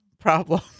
problem